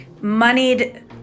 moneyed